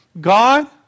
God